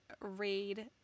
read